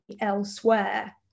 elsewhere